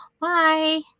Bye